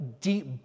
deep